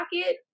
pocket